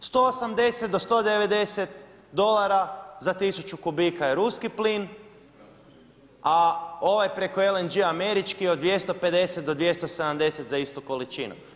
180 do 190 dolara za 1000 kubika je ruski plin, a ovaj preko LNG-a američki od 250 do 270 za istu količinu.